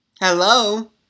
Hello